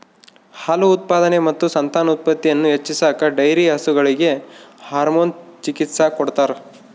ಹಾಲು ಉತ್ಪಾದನೆ ಮತ್ತು ಸಂತಾನೋತ್ಪತ್ತಿಯನ್ನು ಹೆಚ್ಚಿಸಾಕ ಡೈರಿ ಹಸುಗಳಿಗೆ ಹಾರ್ಮೋನ್ ಚಿಕಿತ್ಸ ಕೊಡ್ತಾರ